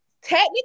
Technically